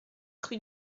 rue